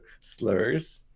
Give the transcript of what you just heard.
slurs